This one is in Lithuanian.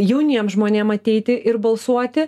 jauniem žmonėm ateiti ir balsuoti